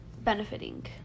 benefiting